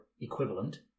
equivalent